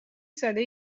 ساده